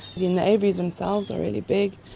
the and the aviaries themselves are really big,